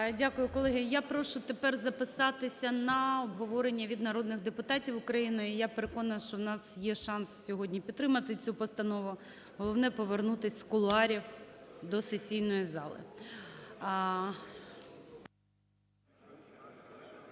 Дякую. Колеги, я прошу тепер записатися на обговорення від народних депутатів України. І я переконана, що у нас є шанс сьогодні підтримати цю постанову, головне – повернутись з кулуарів до сесійної зали.